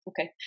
Okay